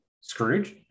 Scrooge